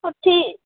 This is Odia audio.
ଅଛି